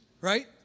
Right